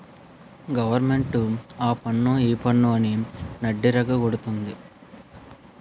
government ఆపన్ను ఈపన్ను అని నడ్డిరగ గొడతంది